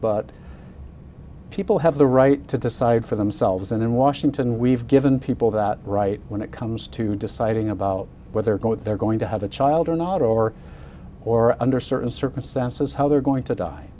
but people have the right to decide for themselves and in washington we've given people that right when it comes to deciding about whether they're going to have a child or not over or under certain circumstances how they're going to die